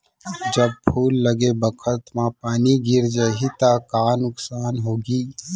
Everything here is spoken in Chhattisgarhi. जब फूल लगे बखत म पानी गिर जाही त का नुकसान होगी?